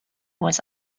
was